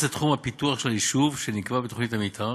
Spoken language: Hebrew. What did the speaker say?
לתחום הפיתוח של היישוב שנקבע בתוכנית המתאר,